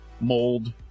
Mold